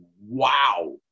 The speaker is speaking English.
wow